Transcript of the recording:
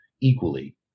equally